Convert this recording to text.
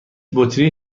بطری